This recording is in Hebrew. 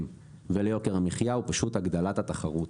וליוקר המחייה הוא פשוט הגדלת התחרות